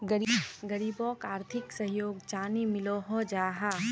गरीबोक आर्थिक सहयोग चानी मिलोहो जाहा?